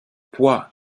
poids